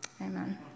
Amen